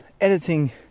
editing